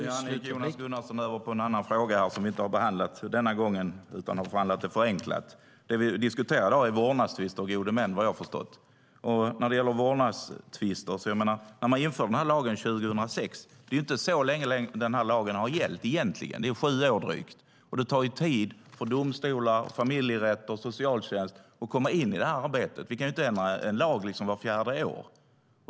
Herr talman! Nu gick Jonas Gunnarsson över till en annan fråga som vi inte har behandlat den här gången, utan den har vi behandlat förenklat. Vad jag förstår diskuterar vi vårdnadstvister och gode män i dag. Det är inte så länge sedan man införde den här lagen om vårdnadstvister 2006. Den har gällt i drygt sju år. Det tar tid för domstolar, familjerätt och socialtjänst att komma in det arbetet. Vi kan inte ändra en lag vart fjärde år.